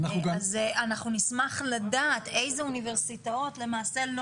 אנחנו נשמח לדעת איזה אוניברסיטאות למעשה לא